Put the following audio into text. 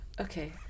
Okay